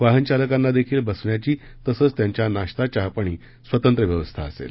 वाहनचालकांना देखील बसण्याची तसंच त्यांचा नाश्ता चहापाणी स्वतंत्र व्यवस्था असेल